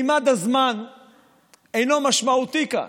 ממד הזמן אינו משמעותי כאן.